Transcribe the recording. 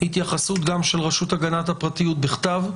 התייחסות גם של רשות הגנת הפרטיות בכתב.